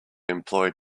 employed